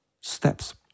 steps